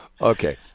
Okay